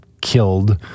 killed